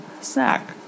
Snack